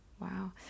wow